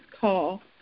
call